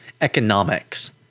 economics